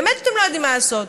באמת אתם לא יודעים מה לעשות.